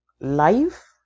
life